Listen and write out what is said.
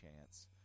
chance